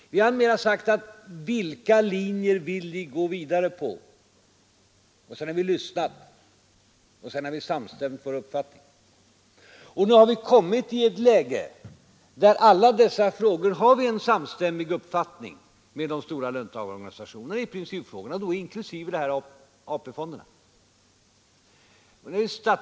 Vi har i stället frågat: På vilka vägar vill ni gå vidare? Sedan har vi lyssnat på dem och därefter har vi samstämt våra uppfattningar. Nu har vi kommit i ett läge där vi i alla principfrågor har en uppfattning som stämmer överens med de stora löntagarnas — inklusive denna fråga om AP-fonderna.